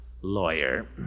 Lawyer